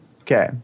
Okay